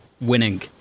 winning